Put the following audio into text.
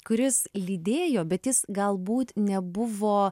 kuris lydėjo bet jis galbūt nebuvo